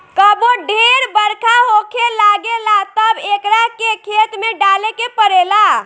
कबो ढेर बरखा होखे लागेला तब एकरा के खेत में डाले के पड़ेला